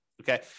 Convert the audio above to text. okay